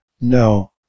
No